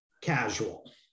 casual